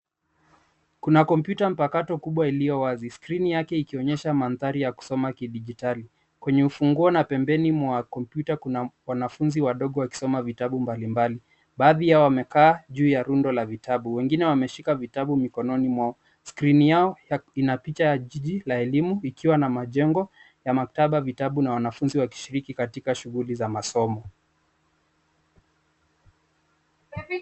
Kuna kompyuta mpakato kubwa iliyo wazi, skrini yake ikionyesha mandhari ya kusoma kidijitali, kwenye ufunguo na pembeni mwa kompyuta kuna mwanafunzi wadogo wakisoma vitabu mbalimbali, baadhi yao wamekaa juu ya rundo la vitabu wengine wameshika vitabu mikononi mwao. Skirini yao inapicha ya jiji ya elimu ikiwa na majengo ya maktaba, vitabu na wanafunzi wakishiriki katika shughuli za masomo.